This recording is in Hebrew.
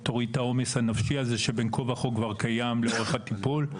תוריד את העומס הנפשי שבין כה וכה כבר קיים לאורך הטיפול.